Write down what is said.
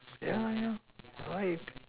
yeah yeah why